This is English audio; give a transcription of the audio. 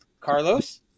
Carlos